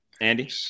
Andy